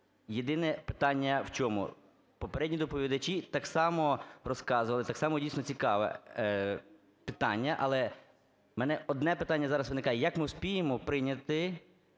єдине питання в чому. Попередні доповідачі так само розказували, так само, дійсно, цікаве питання. Але в мене одне питання зараз виникає: як ми вспіємо прийняти